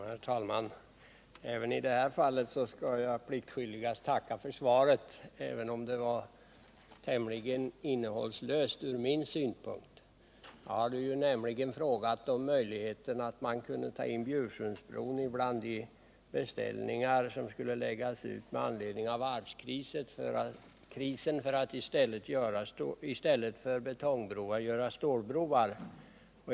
Herr talman! Även när det gäller den här frågan tackar jag pliktskyldigast för svaret, även om det som jag ser det var tämligen innehållslöst. Jag hade nämligen frågat om möjligheterna att ta in Bjursundsbron bland de beställningar som skall läggas ut med anledning av varvskrisen och som innebär att man i stället för att bygga betongbroar skall bygga stålbroar.